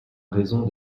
raison